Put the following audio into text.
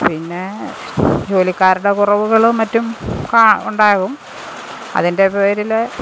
പിന്നെ ജോലിക്കാരുടെ കുറവുകളും മറ്റും ആ ഉണ്ടാകും അതിൻ്റെ പേരിൽ